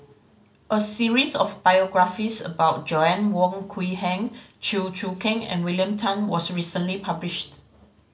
a series of biographies about Wong Quee Heng Chew Choo Keng and William Tan was recently published